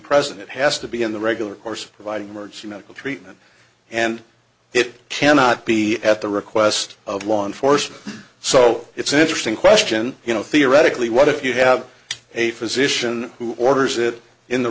it has to be in the regular course providing emergency medical treatment and it cannot be at the request of law enforcement so it's an interesting question you know theoretically what if you have a physician who orders it in the